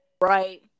Right